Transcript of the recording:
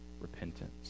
repentance